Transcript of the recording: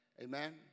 Amen